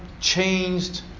changed